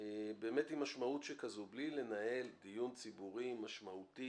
באמת עם משמעות שכזו בלי לנהל דיון ציבורי משמעותי